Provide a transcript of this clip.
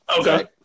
Okay